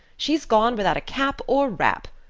she's gone without a cap or wrap.